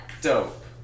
Dope